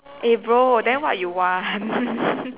eh bro then what you want